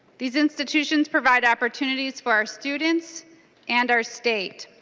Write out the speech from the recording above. these institutions provide opportunities for our students and our state.